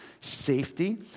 safety